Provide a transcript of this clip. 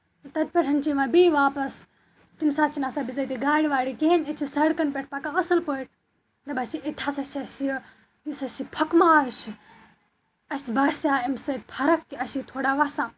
تَتہِ پٮ۪ٹھ چھِ یِوان بیٚیہِ واپَس تَمہِ ساتہٕ چھِ نہٕ آسان بِضٲتی گاڑِ واڑِ کِہینۍ ییٚتہِ چھِ سَڑکن پٮ۪ٹھ پَکان اَصٕل پٲٹھۍ مےٚ باسیو ییٚتہِ ہسا چھِ اسہِ یہِ یُس اسہِ یہِ پھۄکہٕ ماز چھُ اَسہِ باسیٚو اَمہِ سۭتۍ فرق اَسہِ چھُ یہِ تھوڑا وَسان